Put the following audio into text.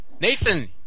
Nathan